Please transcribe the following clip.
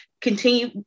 continue